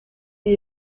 die